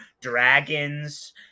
dragons